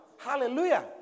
Hallelujah